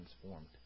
transformed